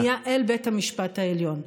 לפנייה אל בית המשפט העליון.